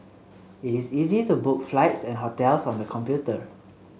it is easy to book flights and hotels on the computer